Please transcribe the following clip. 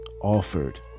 offered